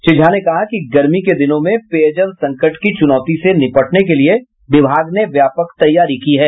श्री झा ने कहा कि गर्मी के दिनों में पेयजल संकट की चुनौती से निपटने के लिये विभाग ने व्यापक तैयारी की है